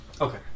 Okay